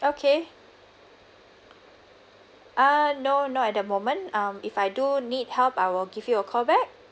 okay uh no not at the moment um if I do need help I will give you a call back